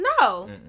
No